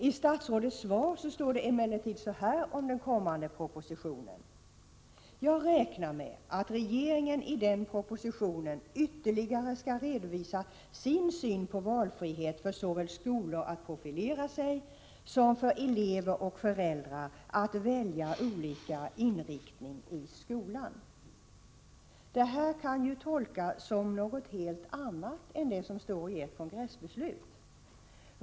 I statsrådets svar står det emellertid så här om den kommande propositionen: ”Jag räknar med att regeringen i den propositionen skall redovisa sin syn på valfrihet såväl för skolor att profilera sig som för elever och föräldrar att välja olika inriktning i skolan.” Det här kan tolkas som någonting helt annat än det som står i ert kongressbeslut.